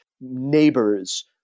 neighbors